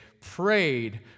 prayed